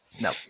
no